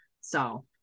So-